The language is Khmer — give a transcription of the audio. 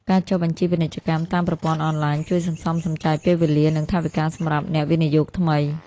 ការចុះបញ្ជីពាណិជ្ជកម្មតាមប្រព័ន្ធអនឡាញ ជួយសន្សំសំចៃពេលវេលា និងថវិកាសម្រាប់អ្នកវិនិយោគថ្មី។